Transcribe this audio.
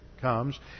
comes